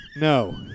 No